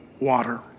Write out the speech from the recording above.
water